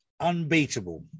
unbeatable